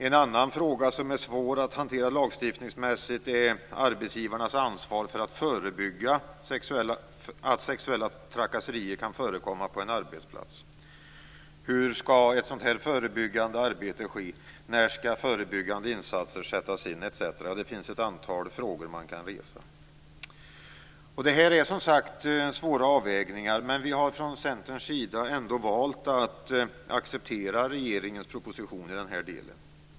En annan fråga som är svår att hantera lagstiftningsmässigt är arbetsgivarnas ansvar för att förebygga att sexuella trakasserier kan förekomma på en arbetsplats. Hur skall ett sådant här förebyggande arbete ske? När skall förebyggande insatser sättas in, etc? Det finns ett antal frågor man kan resa. Detta är som sagt svåra avvägningar, men vi har från Centerns sida ändå valt att acceptera regeringens proposition i denna del.